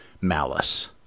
malice